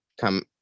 come